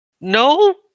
No